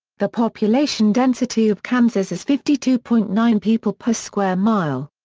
the population density of kansas is fifty two point nine people per square mile.